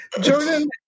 Jordan